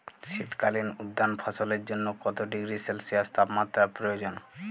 শীত কালীন উদ্যান ফসলের জন্য কত ডিগ্রী সেলসিয়াস তাপমাত্রা প্রয়োজন?